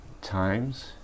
times